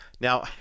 Now